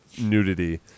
nudity